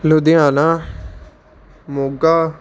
Ludhiana Moga